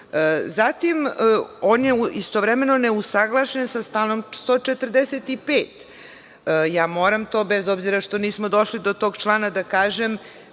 doradu. On je istovremeno neusaglašen sa članom 145. Ja moram to, bez obzira što nismo došli do tog člana, da kažem